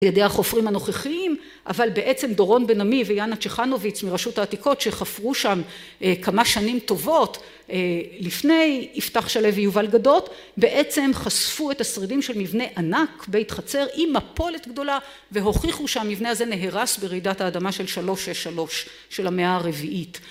בידי החופרים הנוכחיים, אבל בעצם דורון בן עמי ויאנה צ'חנוביץ מרשות העתיקות, שחפרו שם כמה שנים טובות לפני יפתח שלו ויובל גדות, בעצם חשפו את השרידים של מבנה ענק, בית חצר עם מפולת גדולה, והוכיחו שהמבנה הזה נהרס ברעידת האדמה של שלוש שש שלוש של המאה הרביעית